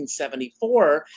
1974